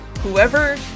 whoever